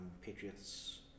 patriots